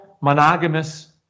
monogamous